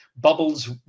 bubbles